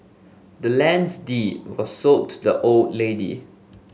the land's deed was sold to the old lady